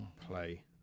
play